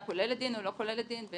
--- אז